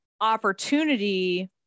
opportunity